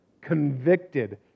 convicted